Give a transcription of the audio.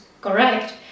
correct